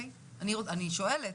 אני שואלת,